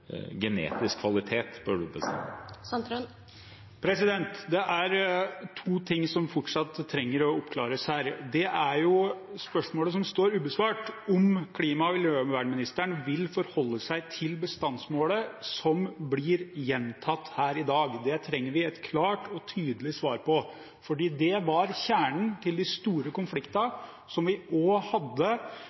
genetisk kvalitet på ulven. Det er én ting som fortsatt trengs å oppklares her. Det er spørsmålet som står ubesvart, og som blir gjentatt her i dag, om klima- og miljøministeren vil forholde seg til bestandsmålet. Det trenger vi et klart og tydelig svar på. Det var kjernen til de store konfliktene vi hadde med Vidar Helgesen som klima- og miljøminister. Spørsmålet er enkelt, og vi